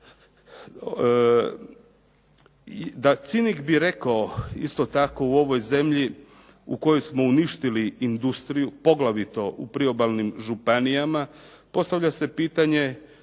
Cinik bi rekao isto tako u ovoj zemlji u kojoj smo uništili industriju, poglavito u priobalnim županijama, postavlja se pitanje